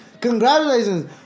Congratulations